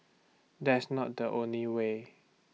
that's not the only way